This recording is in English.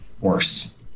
worse